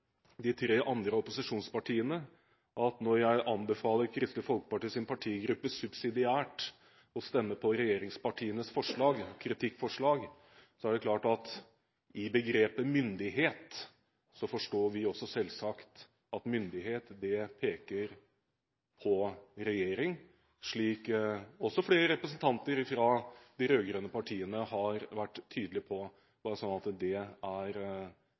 de tre andre opposisjonspartiene si at når jeg anbefaler Kristelig Folkepartis partigruppe subsidiært å stemme på regjeringspartienes kritikkforslag, er det klart at i begrepet «myndighet» forstår vi også selvsagt at myndighet peker på regjering, slik flere representanter fra de rød-grønne partiene har vært tydelige på – bare så det er klart, slik at det ikke er